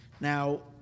Now